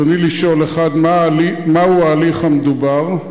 רצוני לשאול: 1. מה הוא ההליך המדובר?